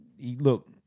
look